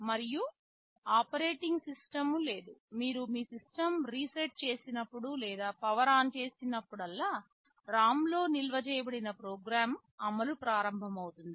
మరియు operating system లేదు మీరు మీ సిస్టమ్ రీసెట్ చేసినప్పుడు లేదా పవర్ ఆన్ చేసినప్పుడల్లా ROM లో నిల్వ చేయబడిన ప్రోగ్రామ్ అమలు ప్రారంభమవుతుంది